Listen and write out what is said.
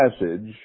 message